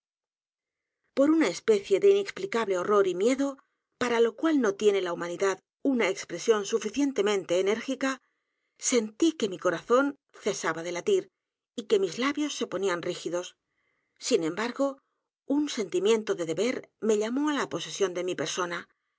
ñ a especie de inexplicable horror y miedo para lo cual no tiene la humanidad una expresión suficientemente enérgica sentí que mi corazón cesaba de latir y que mis labios se ponían rígidos sin embargo u n sentimiento de deber me llamó á la posesión de mi persona